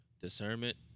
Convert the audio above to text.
discernment